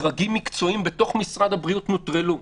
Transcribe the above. דרגים מקצועיים בתוך משרד הבריאות נוטרלו,